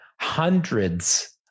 hundreds